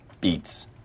Beats